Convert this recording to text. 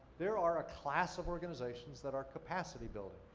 there are a class of organizations that are capacity building.